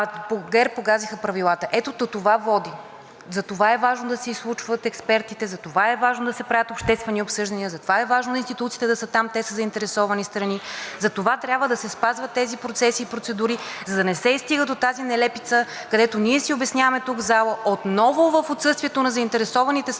погазиха правилата.“ Ето до това води. Затова е важно да се изслушват експертите, затова е важно да се правят обществени обсъждания, затова е важно институциите да са там, те са заинтересовани страни, затова трябва да се спазват тези процеси и процедури, за да не се стига до тази нелепица, където ние си обясняваме тук в залата, отново в отсъствието на заинтересованите страни,